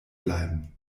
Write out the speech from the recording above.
bleiben